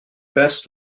best